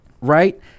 Right